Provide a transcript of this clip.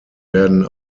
werden